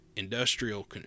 industrial